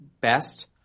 best